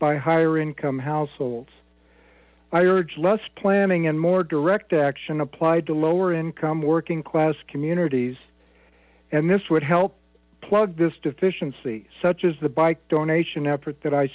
by higher income households i urge less planning and more direct action applied to lower income working class communities and this would help plug this deficiency such as the bike donation effort that i